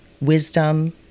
wisdom